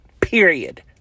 Period